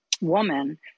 woman